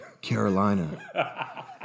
Carolina